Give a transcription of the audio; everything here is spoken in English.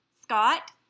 Scott